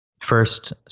first